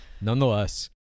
Nonetheless